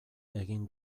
egin